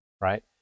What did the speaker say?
right